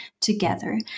together